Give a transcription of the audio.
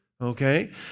okay